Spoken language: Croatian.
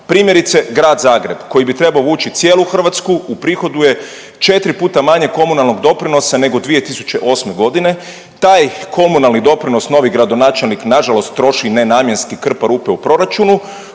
Primjerice, grad Zagreb koji bi trebao vuči cijelu Hrvatsku uprihoduje 4 puta manje komunalnog doprinosa nego 2008. g. Taj komunalni doprinos novi gradonačelnik nažalost troši nenamjenski, krpa rupe u proračunu,